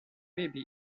maybe